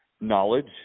knowledge